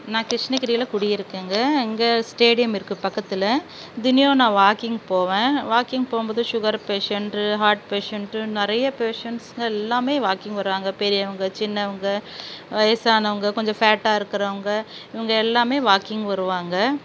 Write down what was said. நான் கிருஷ்ணகிரியில் குடி இருக்கேங்க இங்கே ஸ்டேடியம் இருக்குது பக்கத்தில் தினமும் நான் வாக்கிங் போவேன் வாக்கிங் போகும்போது சுகர் பேஷண்ட்டு ஹார்ட் பேஷண்ட்டு நிறைய பேஷண்ட்ஸுங்க எல்லாமே வாக்கிங் வராங்க பெரியவங்கள் சின்னவங்கள் வயதானவங்கள் கொஞ்சம் ஃபேட்டாக இருக்கிறவங்க இவங்க எல்லாமே வாக்கிங் வருவாங்க